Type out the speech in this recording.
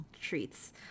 treats